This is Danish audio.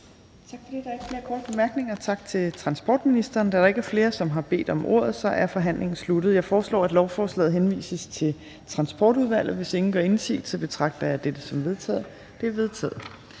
Tak for det. Der er ikke flere korte bemærkninger. Tak til transportministeren. Da der ikke er flere, som har bedt om ordet, er forhandlingen sluttet. Jeg foreslår, at lovforslaget henvises til Transportudvalget. Hvis ingen gør indsigelse, betragter jeg det som vedtaget. Det er vedtaget.